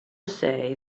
say